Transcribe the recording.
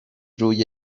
روی